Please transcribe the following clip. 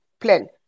plan